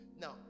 now